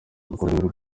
rikomoka